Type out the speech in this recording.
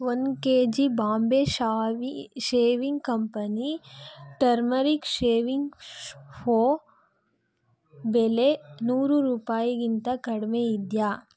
ಒಂದು ಕೆಜಿ ಬಾಂಬೆ ಶಾವಿ shaving company turmeric shaving ಫೋ ಬೆಲೆ ನೂರು ರೂಪಾಯಿಗಿಂತ ಕಡಿಮೆ ಇದೆಯಾ